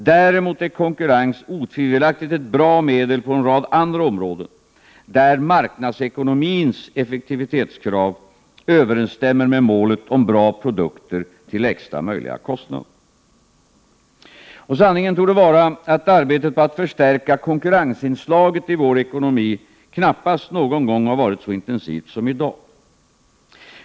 Däremot är konkurrens otvivelaktigt ett bra medel på en rad andra områden, där marknadsekonomins effektivitetskrav överensstämmer med målet om bra produkter till lägsta möjliga kostnad. Och sanningen torde vara att arbetet på att förstärka konkurrensinslaget i vår ekonomi knappast någon gång varit så intensivt som i dag.